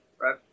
right